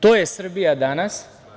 To je Srbija danas.